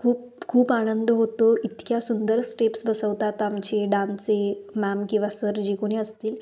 खूप खूप आनंद होतो इतक्या सुंदर स्टेप्स बसवतात आमचे डान्सचे मॅम किंवा सर जे कोणी असतील